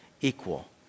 equal